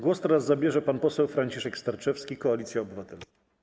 Głos zabierze pan poseł Franciszek Sterczewski, Koalicja Obywatelska.